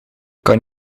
kan